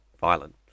violent